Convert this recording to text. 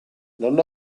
none